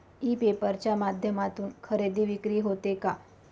E paper च्या माध्यमातून खरेदी विक्री होते का?